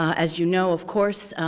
as you know, of course,